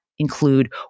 include